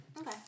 okay